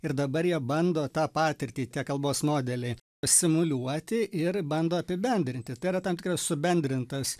ir dabar jie bando tą patirtį tie kalbos modeliai simuliuoti ir bando apibendrinti tai yra tam tikras subendrintas